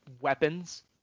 weapons